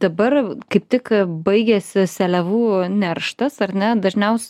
dabar kaip tik baigėsi seliavų nerštas ar ne dažniaus